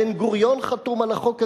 בן-גוריון חתום על החוק הזה,